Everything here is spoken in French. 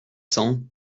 cents